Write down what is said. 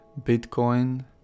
bitcoin